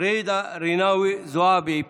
ג'ידא רינאוי זועבי.